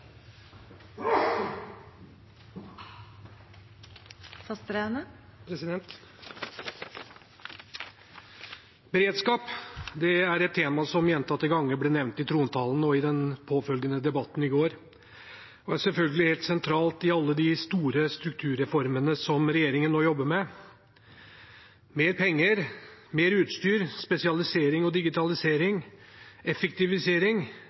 et tema som gjentatte ganger ble nevnt i trontalen og i den påfølgende debatten i går, og er selvfølgelig helt sentralt i alle de store strukturreformene som regjeringen nå jobber med. Mer penger, mer utstyr, spesialisering, digitalisering og effektivisering